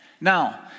Now